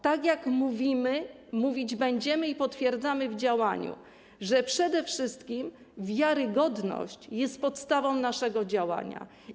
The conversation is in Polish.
Tak jak mówimy i mówić będziemy, i potwierdzamy to w działaniu, przede wszystkim wiarygodność jest podstawą naszego działania.